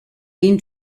been